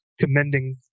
commending